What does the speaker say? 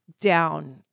down